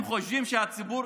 הם חושבים שהציבור